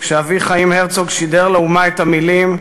כשאבי חיים הרצוג שידר לאומה את המילים: